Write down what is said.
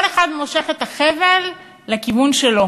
כל אחד מושך את החבל לכיוון שלו.